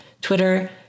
Twitter